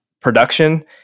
production